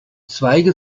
zweige